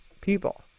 people